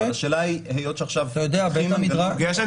אבל השאלה היא --- זו סוגיה שאני